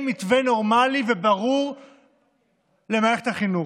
אין מתווה נורמלי וברור למערכת החינוך.